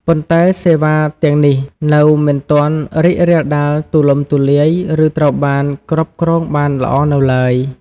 ប៉ុន្តែសេវាទាំងនេះនៅមិនទាន់រីករាលដាលទូលំទូលាយ ឬត្រូវបានគ្រប់គ្រងបានល្អនៅឡើយ។